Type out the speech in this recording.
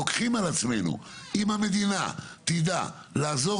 לוקחים על עצמנו אם המדינה תדע לעזור